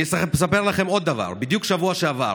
אני אספר לכם עוד דבר: בדיוק בשבוע שעבר,